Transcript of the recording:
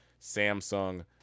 samsung